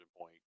point